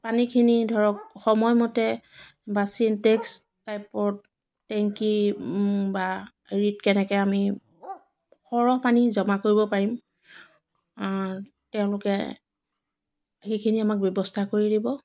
পানীখিনি ধৰক সময় মতে বা ছিনটেক্স টাইপত টেংকি বা হেৰিত কেনেকৈ আমি সৰহ পানী জমা কৰিব পাৰিম তেওঁলোকে সেইখিনি আমাক ব্যৱস্থা কৰি দিব